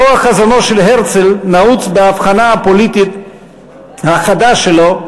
כוח חזונו של הרצל נעוץ באבחנה הפוליטית החדשה שלו,